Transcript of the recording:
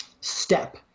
step